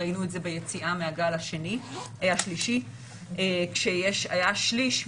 ראינו את זה ביציאה מהגל השלישי כשהיה שלישי